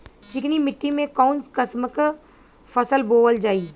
चिकनी मिट्टी में कऊन कसमक फसल बोवल जाई?